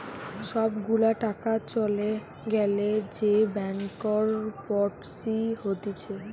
সব গুলা টাকা চলে গ্যালে যে ব্যাংকরপটসি হতিছে